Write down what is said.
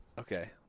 Okay